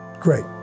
Great